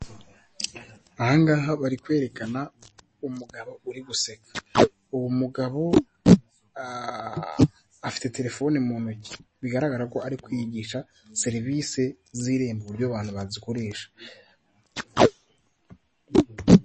Aha ngaha bari kwerekana umugabo uri guseka, uwo mugabo afite telefoni mu ntoki bigaragara ko ari kwigisha serivisi z'irembo uburyo abantu bazikoresha.